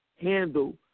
Handle